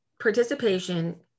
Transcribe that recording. participation